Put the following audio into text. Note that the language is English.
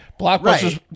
blockbusters